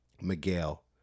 Miguel